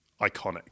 iconic